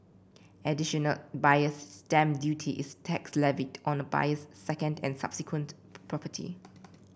additional Buyer's Stamp Duty is tax levied on a buyer's second and subsequent property